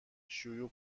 شیوع